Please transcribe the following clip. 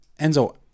Enzo